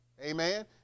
amen